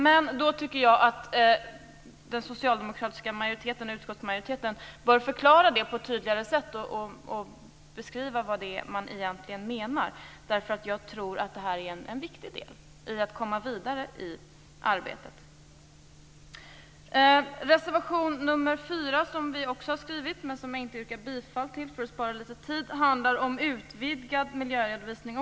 Men då tycker jag att den socialdemokratiska majoriteten, utskottsmajoriteten, bör förklara detta på ett tydligare sätt och beskriva vad man egentligen menar. Jag tror att det här är en viktig del när det gäller att komma vidare i arbetet. Reservation nr 4, som vi också har skrivit, men som jag inte yrkar bifall till för att spara litet tid, handlar också om utvidgad miljöredovisning.